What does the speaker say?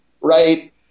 right